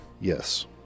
Yes